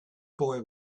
boy